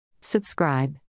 Subscribe